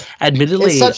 Admittedly